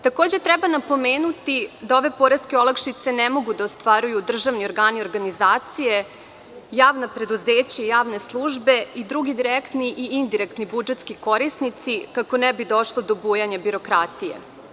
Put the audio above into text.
Takođe, treba napomenuti da ove poreske olakšice ne mogu da ostvaruju državni organi i organizacije, javna preduzeća, javne službe i drugi direktni i indirektni budžetski korisnici, kako ne bi došlo do bujanja birokratije.